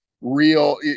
real